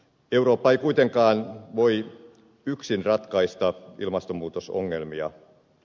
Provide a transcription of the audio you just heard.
eurooppa ei kuitenkaan voi yksin ratkaista ilmastonmuutosongelmia